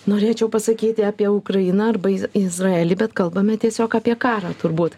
norėčiau pasakyti apie ukrainą arba iz izraelį bet kalbame tiesiog apie karą turbūt